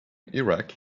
iraq